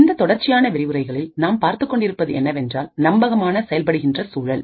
இந்த தொடர்ச்சியான விரிவுரைகளில் நாம் பார்த்துக்கொண்டிருப்பது என்னவென்றால் நம்பகமான செயல்படுகின்ற சூழல்